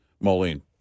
Moline